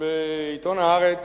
בעיתון "הארץ",